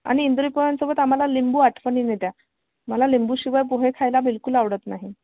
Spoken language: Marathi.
आणि इंदोरी पोह्यांसोबत आम्हाला लिंबू आठवणीने द्या मला लिंबूशिवाय पोहे खायला बिलकुल आवडत नाही